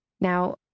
Now